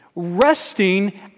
resting